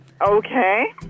okay